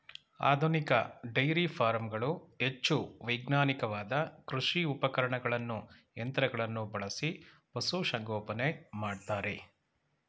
ಆಧುನಿಕ ಡೈರಿ ಫಾರಂಗಳು ಹೆಚ್ಚು ವೈಜ್ಞಾನಿಕವಾದ ಕೃಷಿ ಉಪಕರಣಗಳನ್ನು ಯಂತ್ರಗಳನ್ನು ಬಳಸಿ ಪಶುಸಂಗೋಪನೆ ಮಾಡ್ತರೆ